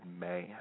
man